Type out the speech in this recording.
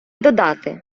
додати